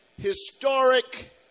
historic